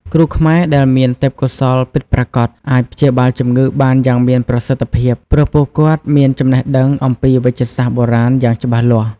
គ្រូខ្មែរដែលមានទេពកោសល្យពិតប្រាកដ អាចព្យាបាលជម្ងឺបានយ៉ាងមានប្រសិទ្ធភាព ព្រោះពួកគាត់មានចំណេះដឹងអំពីវេជ្ជសាស្ត្របុរាណយ៉ាងច្បាស់លាស់។